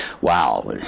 wow